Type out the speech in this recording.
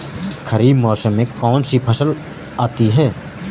खरीफ मौसम में कौनसी फसल आती हैं?